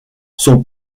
son